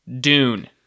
Dune